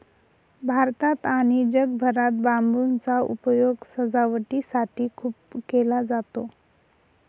भारतात आणि जगभरात बांबूचा उपयोग सजावटीसाठी खूप केला जातो